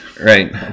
right